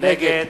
נגד